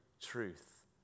truth